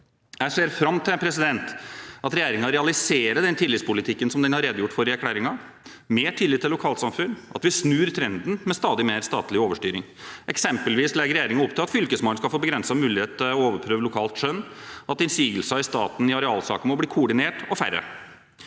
Jeg ser fram til at regjeringen realiserer den tillitspolitikken som den har redegjort for i erklæringen – mer tillit til lokalsamfunnene, at vi snur trenden med stadig mer statlig overstyring. Eksempelvis legger regjeringen opp til at Fylkesmannen skal få begrenset mulighet til å overprøve lokalt skjønn, at innsigelsene fra staten i arealsaker må bli koordinert og færre.